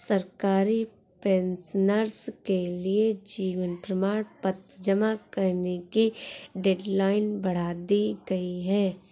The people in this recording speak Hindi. सरकारी पेंशनर्स के लिए जीवन प्रमाण पत्र जमा करने की डेडलाइन बढ़ा दी गई है